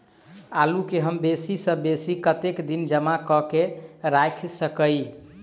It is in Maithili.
आलु केँ हम बेसी सऽ बेसी कतेक दिन जमा कऽ क राइख सकय